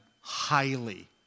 highly